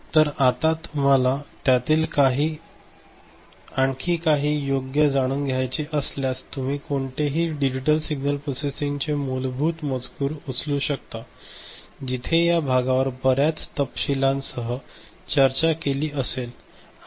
76 dB तर आता तुम्हाला त्यातील आणखी काही योग्य जाणून घ्यायचे असल्यास तुम्ही कोणतेही डिजिटल सिग्नल प्रोसससिंग चे मूलभूत मजकूर उचलू शकता जिथे या भागावर बर्याच तपशीलांसह चर्चा केली असेल